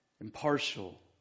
impartial